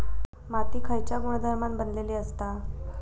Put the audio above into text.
माती खयच्या गुणधर्मान बनलेली असता?